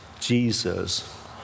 jesus